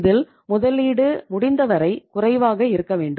இதில் முதலீடு முடிந்தவரை குறைவாக இருக்க வேண்டும்